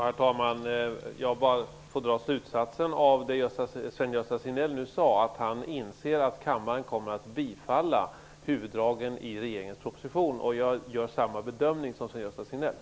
Herr talman! Jag får dra den slutsatsen av det Sven Gösta Signell nu sade att han inser att kammaren kommer att bifalla huvuddragen i regeringens proposition. Jag gör samma bedömning som Sven